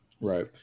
Right